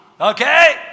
okay